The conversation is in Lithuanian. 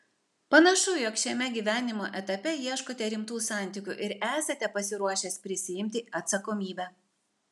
panašu jog šiame gyvenimo etape ieškote rimtų santykių ir esate pasiruošęs prisiimti atsakomybę